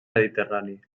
mediterrani